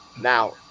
Now